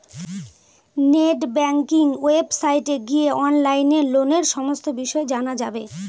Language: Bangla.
নেট ব্যাঙ্কিং ওয়েবসাইটে গিয়ে অনলাইনে লোনের সমস্ত বিষয় জানা যাবে